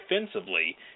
offensively